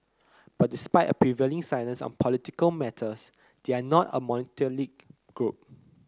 but despite a prevailing silence on political matters they are not a monolithic group